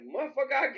Motherfucker